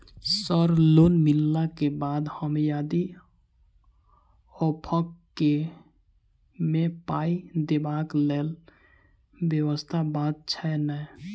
Sir loan मिलला केँ बाद हम यदि ऑफक केँ मे पाई देबाक लैल व्यवस्था बात छैय नै?